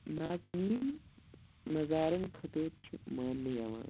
نازنیٖن نظارَن خٲطر چھِ مانٛنہٕ یِوان